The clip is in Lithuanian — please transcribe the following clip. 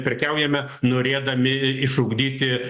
prekiaujame norėdami išugdyti